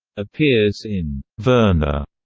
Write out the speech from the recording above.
appears in verna,